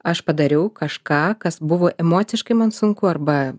aš padariau kažką kas buvo emociškai man sunku arba